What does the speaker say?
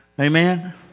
Amen